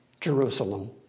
Jerusalem